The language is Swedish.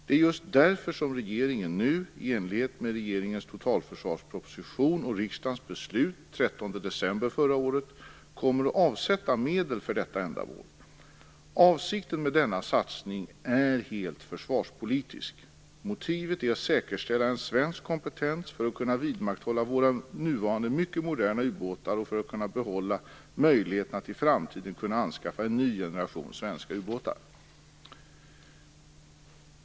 Det är just därför som regeringen nu, i enlighet med regeringens totalförsvarsproposition , och riksdagens beslut den 13 december förra året, kommer att avsätta medel för detta ändamål. Avsikten med denna satsning är helt försvarspolitisk. Motivet är att säkerställa en svensk kompetens för att kunna vidmakthålla våra nuvarande mycket moderna ubåtar och för att behålla möjligheten att i framtiden kunna anskaffa en ny generation svenska ubåtar.